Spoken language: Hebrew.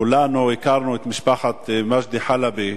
כולנו הכרנו את משפחת מג'די חלבי,